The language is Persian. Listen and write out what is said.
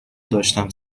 داشتم